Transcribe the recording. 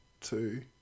two